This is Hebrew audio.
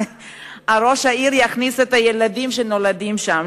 ראש העיר יכניס את הילדים שנולדים שם?